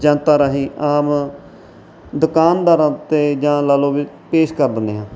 ਜਨਤਾ ਰਾਹੀਂ ਆਮ ਦੁਕਾਨਦਾਰਾਂ 'ਤੇ ਜਾਂ ਲਾ ਲਓ ਵੀ ਪੇਸ਼ ਕਰ ਦਿੰਦੇ ਹਾਂ